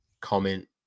comment